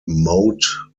moat